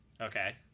Okay